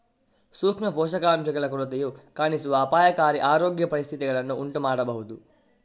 ಸೂಕ್ಷ್ಮ ಪೋಷಕಾಂಶಗಳ ಕೊರತೆಯು ಕಾಣಿಸುವ ಅಪಾಯಕಾರಿ ಆರೋಗ್ಯ ಪರಿಸ್ಥಿತಿಗಳನ್ನು ಉಂಟು ಮಾಡಬಹುದು